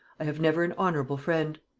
i have never an honorable friend.